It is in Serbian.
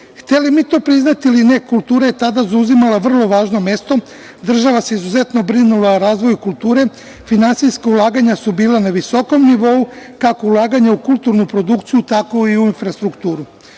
mi to priznati ili ne, kultura je tada zauzimala vrlo važno mesto, država se izuzetno brinula o razvoju kulture, finansijska ulaganja su bila na visokom nivou kako ulaganje u kulturnu produkciju tako i u infrastrukturu.